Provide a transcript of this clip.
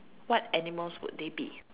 what animals would they be